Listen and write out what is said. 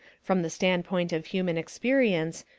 from the standpoint of human experience,